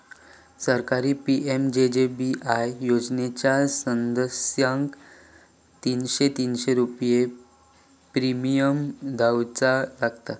सरकारची पी.एम.जे.जे.बी.आय योजनेच्या सदस्यांका तीनशे तीनशे रुपये प्रिमियम देऊचा लागात